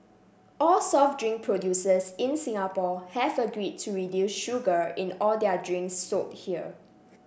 all soft drink producers in Singapore have agreed to reduce sugar in all their drinks sold here